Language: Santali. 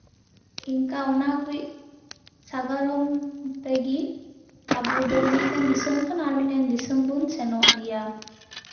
ᱤᱱᱠᱟ ᱚᱱᱟᱠᱚ ᱥᱟᱜᱟᱲᱚᱢ ᱛᱮᱜᱮ ᱟᱵᱚ ᱫᱚ ᱢᱤᱫᱴᱮᱱ ᱫᱤᱥᱚᱢ ᱠᱷᱚᱱ ᱟᱨ ᱢᱤᱫᱴᱮᱱ ᱫᱤᱥᱚᱢ ᱵᱚᱱ ᱥᱮᱱᱚᱜ ᱜᱮᱭᱟ